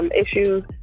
issues